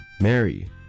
Mary